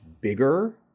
bigger